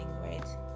right